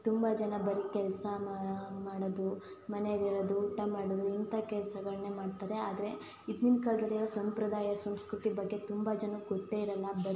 ತುಂಬ ಜನ ಬರೀ ಕೆಲಸ ಮಾಡೋದು ಮನೆಲಿ ಇರೋದು ಊಟ ಮಾಡೋದು ಇಂಥ ಕೆಲಸಗಳ್ನೇ ಮಾಡ್ತಾರೆ ಆದರೆ ಇದ್ನಿನ್ ಕಾಲದಲ್ಲಿರೋ ಸಂಪ್ರದಾಯ ಸಂಸ್ಕೃತಿ ಬಗ್ಗೆ ತುಂಬ ಜನಕ್ಕೆ ಗೊತ್ತೇ ಇರಲ್ಲ ಬರೀ